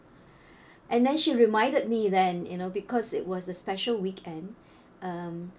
and then she reminded me then you know because it was the special weekend um